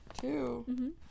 Two